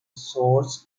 source